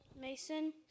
Mason